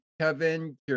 Kevin